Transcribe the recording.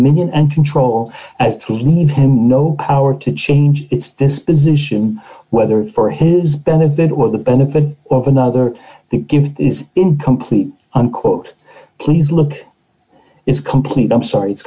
million and control as to leave him no power to change its disposition whether for his benefit or the benefit of another the gift is incomplete unquote please look it's complete i'm sorry it's